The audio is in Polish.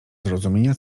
zrozumienia